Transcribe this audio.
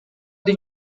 did